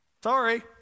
Sorry